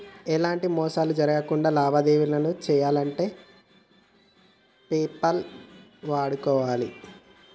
ఎలాంటి మోసాలు జరక్కుండా లావాదేవీలను చెయ్యాలంటే పేపాల్ వాడుకోవాలే